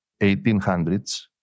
1800s